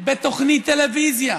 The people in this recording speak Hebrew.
בתוכנית טלוויזיה.